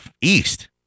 east